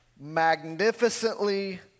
Magnificently